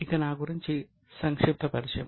ఇక నా గురించి సంక్షిప్త పరిచయం